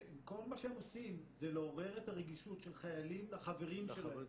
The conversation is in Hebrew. כל מה שהם עושים זה לעורר את הרגישות של חיילים לחברים שלהם